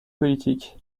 politique